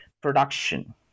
production